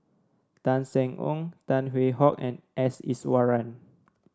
Tan Seng Yong Tan Hwee Hock and S Iswaran